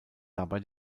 dabei